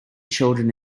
children